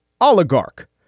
oligarch